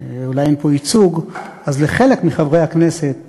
שאולי אין פה ייצוג, אז לחלק מחברי הכנסת